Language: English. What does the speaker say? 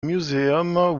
museum